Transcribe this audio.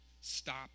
stop